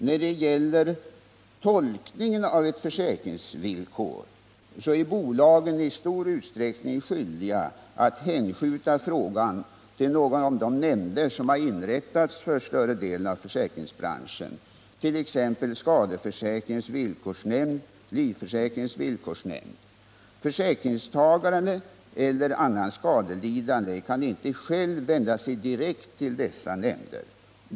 När det gäller tolkning av ett försäkringsvillkor är bolagen i stor utsträckning skyldiga att hänskjuta frågan till en av de nämnder som har inrättats för större delen av försäkringsbranschen, t.ex. skadeförsäkringens villkorsnämnd och livförsäkringens villkorsnämnd. Försäkringstagaren eller annan skadelidande kan inte själv vända sig direkt till dessa nämnder.